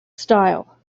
style